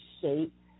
shape